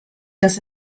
dass